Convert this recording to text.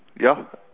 yup